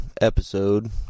episode